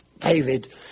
David